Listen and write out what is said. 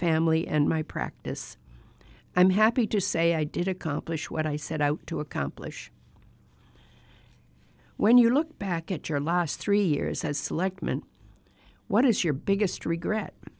family and my practice i'm happy to say i did accomplish what i set out to accomplish when you look back at your last three years as selectman what is your biggest regret